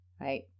right